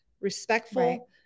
respectful